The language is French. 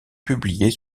publiés